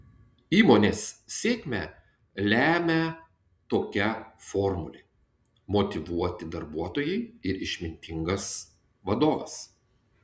įmonės sėkmę lemią tokia formulė motyvuoti darbuotojai ir išmintingas vadovas